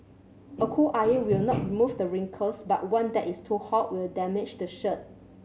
a cool iron will not remove the wrinkles but one that is too hot will damage the shirt